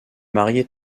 marié